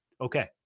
Okay